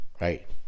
right